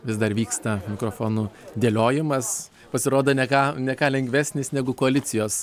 vis dar vyksta mikrofonų dėliojimas pasirodo ne ką ne ką lengvesnis negu koalicijos